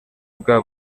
bwa